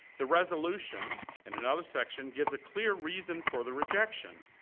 the resolution in another section gives a clear reason for the rejection.